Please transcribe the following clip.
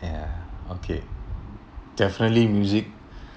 ya okay definitely music